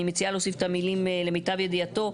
אני מציעה להוסיף את המילים "למיטב ידיעתו".